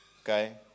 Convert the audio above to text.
Okay